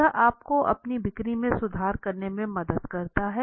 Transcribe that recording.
यह आपको अपनी बिक्री में सुधार करने में मदद करता है